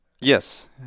Yes